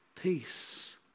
peace